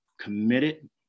committed